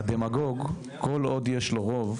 "הדמגוג כל עוד שיש לו רוב,